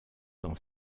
dans